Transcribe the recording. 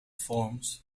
forms